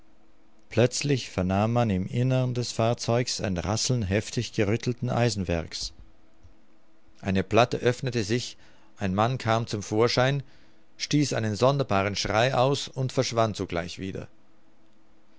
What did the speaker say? plötzlich vernahm man im innern des fahrzeugs ein rasseln heftig gerüttelten eisenwerks ein platte öffnete sich ein mann kam zum vorschein stieß einen sonderbaren schrei aus und verschwand sogleich wieder